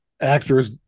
actors